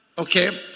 Okay